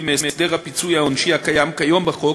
מהסדר הפיצוי העונשי הקיים כיום בחוק